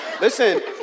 listen